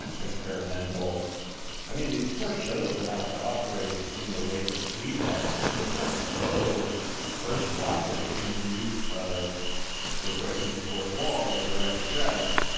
and experimental i mean, these poor shows that have to operate in the wake of fleabag so virtuosic in its use of the breaking the fourth wall, the direct address,